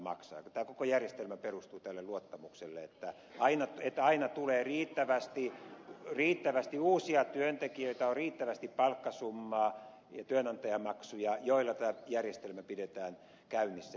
tämä koko järjestelmä perustuu tälle luottamukselle että aina tulee riittävästi uusia työntekijöitä on riittävästi palkkasummaa työnantajamaksuja joilla tämä järjestelmä pidetään käynnissä